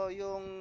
yung